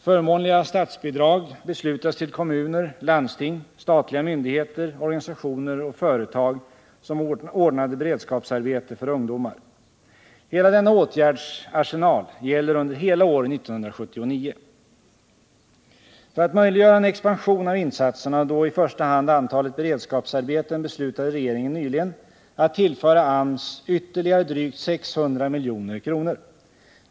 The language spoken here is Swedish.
Förmånliga statsbidrag beslutades till kommuner, landsting, statliga myndigheter, organisationer och företag som ordnade beredskapsarbete för ungdomar. Hela denna åtgärdsarsenal gäller under hela år 1979. För att möjliggöra en expansion av insatserna och då i första hand antalet beredskapsarbeten beslutade regeringen nyligen att tillföra AMS ytterligare drygt 600 milj.kr.